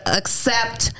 accept